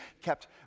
kept